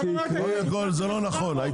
קודם כל זה לא נכון.